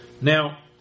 now